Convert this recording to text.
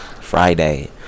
Friday